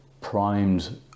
primed